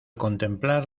contemplar